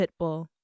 Pitbull